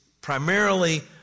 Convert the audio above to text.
primarily